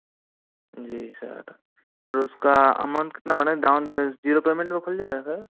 जी sir और उसका amount कितना बनेगा डाउन पे ज़ीरो पेमेंट में खुल जाएगा सर